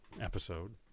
episode